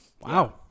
Wow